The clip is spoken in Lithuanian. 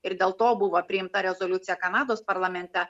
ir dėl to buvo priimta rezoliucija kanados parlamente